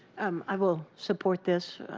um i will support this,